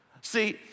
See